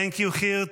Thank you, Geert.